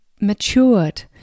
matured